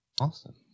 Awesome